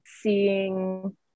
seeing